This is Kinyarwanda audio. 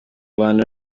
bantu